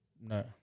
No